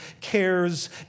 cares